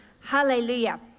Hallelujah